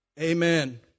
Amen